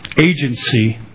agency